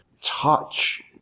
touch